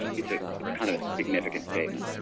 it's ah kind of significant statement